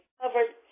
covered